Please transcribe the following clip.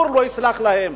הציבור לא יסלח להם.